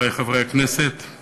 חברי חברי הכנסת,